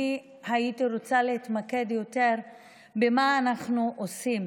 אני הייתי רוצה להתמקד יותר במה אנחנו עושים